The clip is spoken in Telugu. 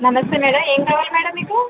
నమస్తే మేడం ఏం కావాలి మేడం మీకు